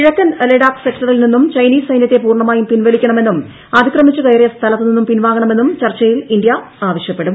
കിഴക്കൻ ലഡാക്ക് സെക്ടറിൽ നിന്നും ചൈനീസ് സൈന്യത്തെ പൂർണമായും പിൻവലിക്കണമെന്നും അതിക്രമിച്ചു കയറിയ സ്ഥലത്ത് നിന്നും പിൻവാങ്ങണമെന്നും ചർച്ചയിൽ ഇന്ത്യ ആവശ്യപ്പെടും